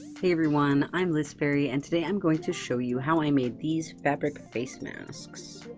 hey everyone! i'm lizfaerie and today i'm going to show you how i made these fabric face masks.